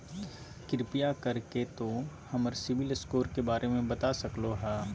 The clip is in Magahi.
कृपया कर के तों हमर सिबिल स्कोर के बारे में बता सकलो हें?